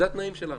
אלה התנאים שלנו.